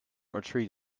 retreat